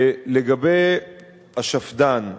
לגבי השפד"ן,